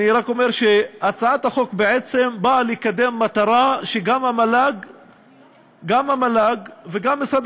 אני רק אומר שהצעת החוק בעצם באה גם לקדם מטרה שגם המל"ג וגם משרד